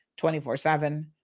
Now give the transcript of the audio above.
24-7